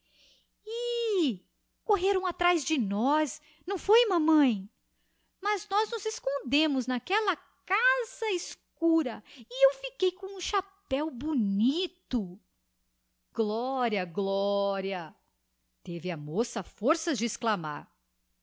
ih correram atraz de nós não foi mamãe mas nós nos escondemos n'aquclla casa eácura e eu fiquei com o chapéo bonito gloria gloria teve a moça forças de exclamar